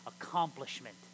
accomplishment